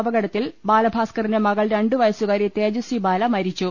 അപകടത്തിൽ ബാലഭാസ്കറിന്റ മകൾ രണ്ടു വയസ്സുകാരി തേജസി ബാല മരിച്ചു